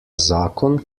zakon